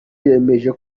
yemeje